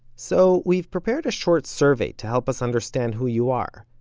so we've prepared a short survey, to help us understand who you are.